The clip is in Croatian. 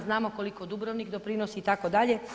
Znamo koliko Dubrovnik doprinosi itd.